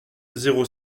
zéro